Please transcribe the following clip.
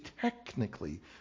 technically